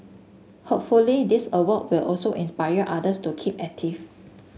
hopefully this award will also inspire others to keep active